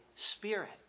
Spirit